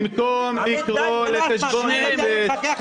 במקום לקרוא לחשבון נפש